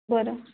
बरं